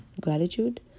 gratitude